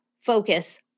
focus